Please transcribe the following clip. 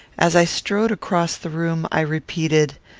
as i strode across the room i repeated,